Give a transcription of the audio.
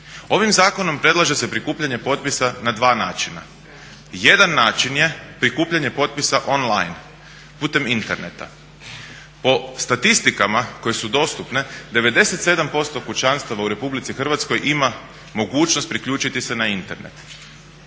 Ovim zakonom predlaže se prikupljanje potpisa na dva načina. Jedan način je prikupljanje potpisa online, putem interneta. Po statistikama koje su dostupne 97% kućanstava u RH ima mogućnost priključiti se na Internet.